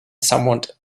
somewhat